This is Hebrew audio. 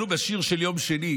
אנחנו, בשיר של יום שני,